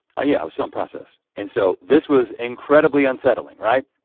oh yeah, it was some process. and so this was incredibly unsettling, right?